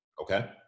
Okay